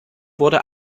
wurde